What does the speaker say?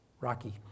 rocky